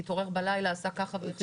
התעורר בלילה, עשה ככה והחליט?